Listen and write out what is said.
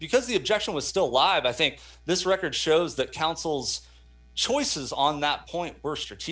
because the objection was still live i think this record shows that councils choices on that point were str